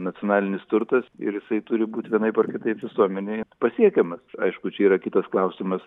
nacionalinis turtas ir jisai turi būti vienaip ar kitaip visuomenei pasiekiamas aišku čia yra kitas klausimas